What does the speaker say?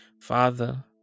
Father